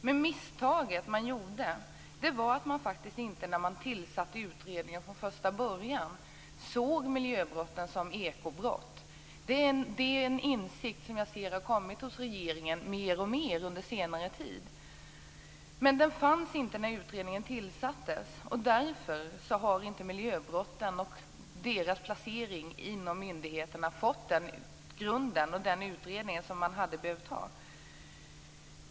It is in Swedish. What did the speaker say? Det misstag man gjorde var att man inte från första början, när man tillsatte utredningen, såg miljöbrotten som ekobrott. Det är en insikt som har kommit hos regeringen mer och mer under senare tid. Den fanns inte när utredningen tillsattes. Därför har miljöbrotten och deras placering inom myndigheten inte utretts på det sätt som hade behövts.